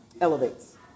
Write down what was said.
elevates